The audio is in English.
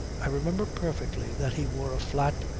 i remember perfectly that he wore a flat,